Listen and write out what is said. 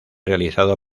realizado